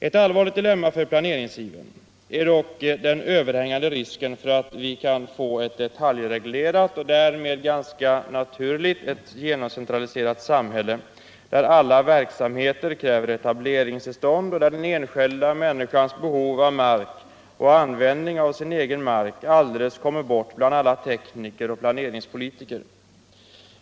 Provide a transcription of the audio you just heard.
Ett allvarligt dilemma för planeringsivern är dock den överhängande risken för att vi kan få ett detaljreglerat och därmed ganska naturligt ett genomcentraliserat samhälle, där alla verksamheter kräver etableringstillstånd och där den enskilda människans behov av mark och användning av sin egen mark alldeles kommer bort bland alla tekniker och planeringspolitiker.